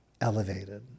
elevated